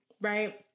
right